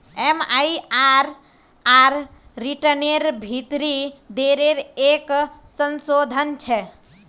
MIRR रिटर्नेर भीतरी दरेर एक संशोधन छे